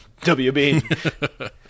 WB